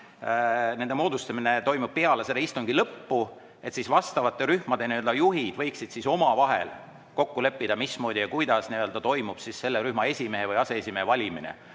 moodustamine toimub peale selle istungi lõppu, siis vastavate rühmade juhid võiksid omavahel kokku leppida, mismoodi ja kuidas toimub selle rühma esimehe või aseesimehe valimine.